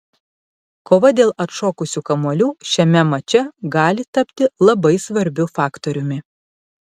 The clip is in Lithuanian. kova dėl atšokusių kamuolių šiame mače gali tapti labai svarbiu faktoriumi